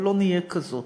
אבל לא נהיה כזאת.